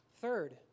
Third